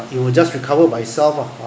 it will just recover by itself ah